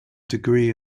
degree